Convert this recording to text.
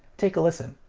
take a listen.